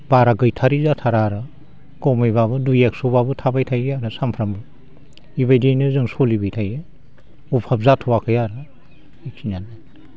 बारा गैथारि जाथारा आरो खमैबाबो दुइ एक्स'बाबो थाबाय थायो आरो सानफ्रोमबो बेबायदियैनो जों सोलिबाय थायो अभाब जाथ'वाखै आरो बेखिनियानो